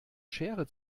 schere